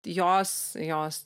jos jos